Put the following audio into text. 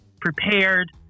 prepared